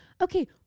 Okay